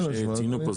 כמו שציינו פה,